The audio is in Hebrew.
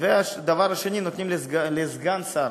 והדבר השני, נותנים לסגן שר.